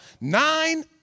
nine